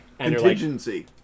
Contingency